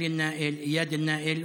עלי נאיל,